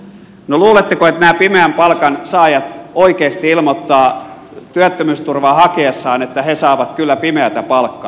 no luuletteko että nämä pimeän palkan saajat oikeasti ilmoittavat työttömyysturvaa hakiessaan että he saavat kyllä pimeätä palkkaa